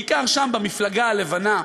בעיקר שם במפלגה הלבנה,